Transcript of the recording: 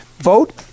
Vote